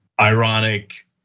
ironic